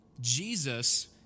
Jesus